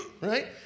Right